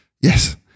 Yes